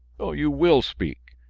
you will speak!